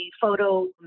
photo